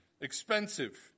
expensive